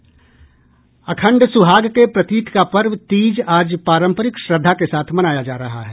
अखंड सुहाग के प्रतीक का पर्व तीज आज पारंपरिक श्रद्धा के साथ मनाया जा रहा है